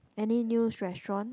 any new restaurant